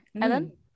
Ellen